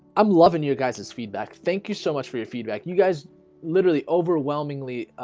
i'm loving you guys as feedback. thank you so much for your feedback you guys literally overwhelmingly